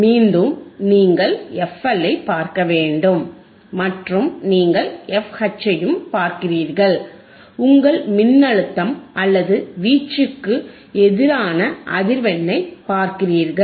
மீண்டும் நீங்கள் FL ஐப் பார்க்க வேண்டும் மற்றும் நீங்கள் FH ஐயும் பார்க்கிறீர்கள்உங்கள் மின்னழுத்தம் அல்லது வீச்சுக்கு எதிரான அதிர்வெண்ணைப் பார்க்கிறார்கள்